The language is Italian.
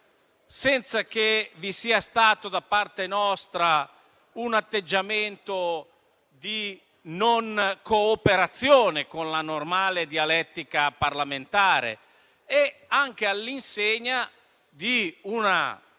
senza che vi sia stato da parte nostra un atteggiamento di non cooperazione con la normale dialettica parlamentare e anche all'insegna di un